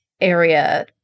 area